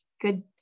Good